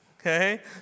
okay